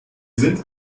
sind